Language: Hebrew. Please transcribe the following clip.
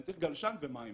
אני צריך גלשן ומים.